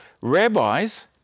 rabbis